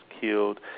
killed